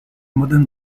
modern